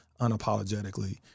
unapologetically